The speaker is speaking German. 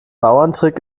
bauerntrick